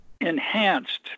enhanced